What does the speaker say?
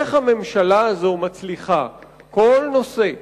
איך הממשלה הזו מצליחה כל נושא,